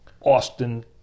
Austin